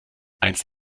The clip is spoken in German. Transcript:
einst